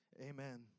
Amen